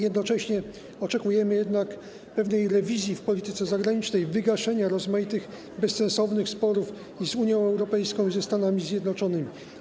Jednocześnie oczekujemy pewnej rewizji w polityce zagranicznej, wygaszenia rozmaitych bezsensownych sporów z Unią Europejską i ze Stanami Zjednoczonymi.